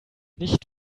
nicht